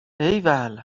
ایول